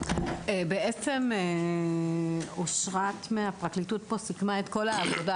בעצם אשרת מהפרקליטות פה סיכמה את כל העבודה,